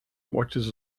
watches